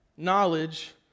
knowledge